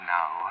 now